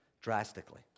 drastically